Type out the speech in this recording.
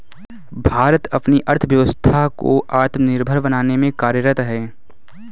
भारत अपनी अर्थव्यवस्था को आत्मनिर्भर बनाने में कार्यरत है